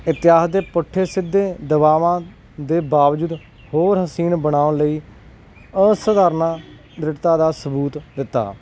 ਇਤਿਹਾਸ ਦੇ ਪੁੱਠੇ ਸਿੱਧੇ ਦਬਾਵਾਂ ਦੇ ਬਾਵਜੂਦ ਹੋਰ ਹੁਸੀਨ ਬਣਾਉਣ ਲਈ ਅਸਾਧਾਰਨ ਦ੍ਰਿੜਤਾ ਦਾ ਸਬੂਤ ਦਿੱਤਾ